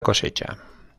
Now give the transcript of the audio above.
cosecha